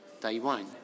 Taiwan